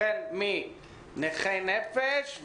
החל מנכי נפש,